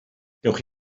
gewch